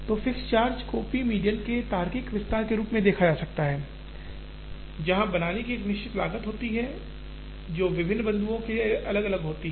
तो fixed charge को p median के तार्किक विस्तार के रूप में देखा जा सकता है जहां बनाने की एक निश्चित लागत होती है जो विभिन्न बिंदुओं के लिए अलग अलग होती है